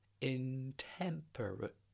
intemperate